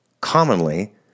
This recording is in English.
Commonly